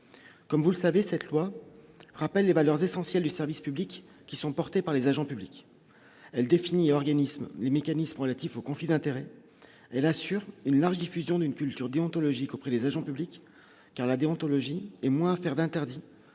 comme vous le savez, cette loi rappelle les valeurs essentielles du service public qui sont portés par les agents publics elle défini organisme les mécanismes relatifs aux conflits d'intérêts et là sur une large diffusion d'une culture déontologique auprès des agents publics car la déontologie et moi faire d'interdire